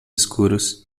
escuros